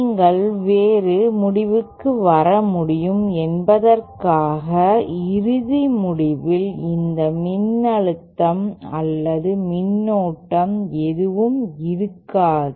நீங்கள் வேறு முடிவுக்கு வர முடியும் என்பதற்காக இறுதி முடிவுகளில் இந்த மின்னழுத்தம் அல்லது மின்னோட்டம் எதுவும் இருக்காது